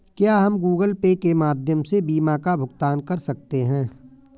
क्या हम Google Pay के माध्यम से बीमा का भुगतान कर सकते हैं?